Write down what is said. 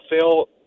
phil